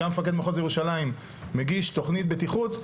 שהיה מפקד מחוז ירושלים מגיש תוכנית בטיחות,